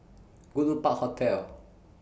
Goodwood Park Hotel